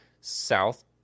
south